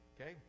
okay